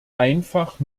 einfach